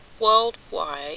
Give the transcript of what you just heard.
worldwide